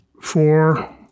four